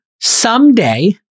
someday